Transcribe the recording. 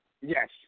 Yes